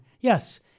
Yes